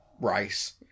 rice